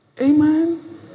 Amen